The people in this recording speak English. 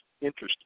interesting